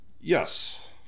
Yes